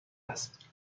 است